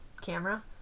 camera